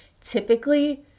Typically